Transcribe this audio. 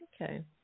Okay